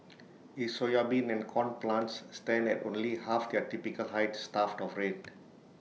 his soybean and corn plants stand at only half their typical height starved of rain